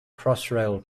crossrail